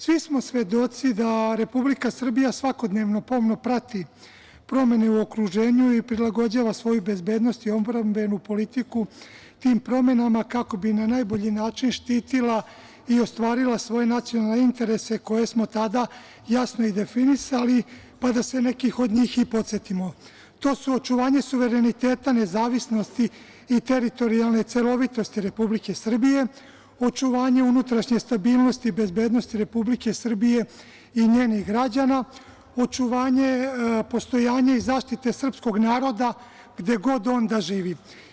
Svi smo svedoci da Republika Srbija svakodnevno pomno prati promene u okruženju i prilagođava svoju bezbednost i odbrambenu politiku tim promenama kako bi na najbolji način štitila i ostvarila svoje nacionalne interese koje smo tada jasno i definisali, pa da se nekih od njih i podsetimo, to su: očuvanje suvereniteta, nezavisnosti i teritorijalne celovitosti Republike Srbije, očuvanje unutrašnje stabilnosti i bezbednosti Republike Srbije i njenih građana, očuvanje postojanja i zaštite srpskog naroda gde god on da živi.